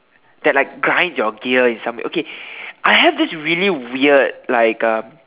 that like grinds your gear in some okay I have this really weird like um